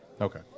Okay